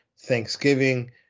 Thanksgiving